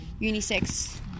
unisex